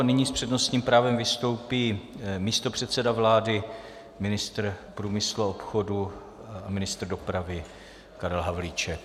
Nyní s přednostním právem vystoupí místopředseda vlády, ministr průmyslu a obchodu a ministr dopravy Karel Havlíček.